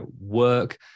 work